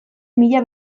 mila